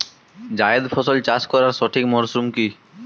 জায়েদ ফসল চাষ করার সঠিক মরশুম কি?